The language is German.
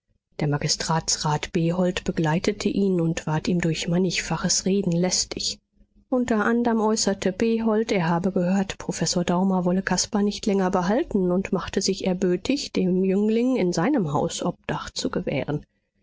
der magistratsrat behold begleitete ihn und ward ihm durch mannigfaches reden lästig unter anderm äußerte behold er habe gehört professor daumer wolle caspar nicht länger behalten und machte sich erbötig dem jüngling in seinem haus obdach zu gewähren